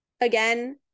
Again